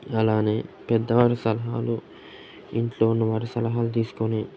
అలానే పెద్దవారు సలహాలు ఇంట్లో ఉన్నవారి సలహాలు తీసుకుని